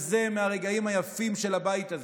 זה מהרגעים היפים של הבית הזה,